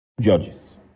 Judges